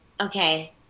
Okay